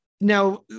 Now